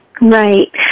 Right